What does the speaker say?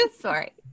Sorry